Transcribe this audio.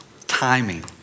timing